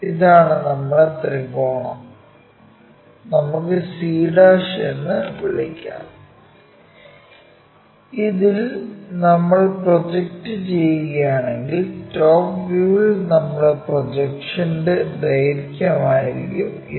ഇതാണ് നമ്മുടെ ത്രികോണം നമുക്ക് c എന്ന് വിളിക്കാം ഇതിൽ നമ്മൾ പ്രൊജക്റ്റ് ചെയ്യുകയാണെങ്കിൽ ടോപ് വ്യൂവിൽ നമ്മുടെ പ്രൊജക്ഷന്റെ ദൈർഘ്യമായിരിക്കും ഇത്